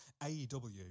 AEW